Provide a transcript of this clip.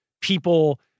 people